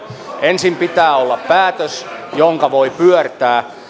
ensin pitää olla päätös jonka voi pyörtää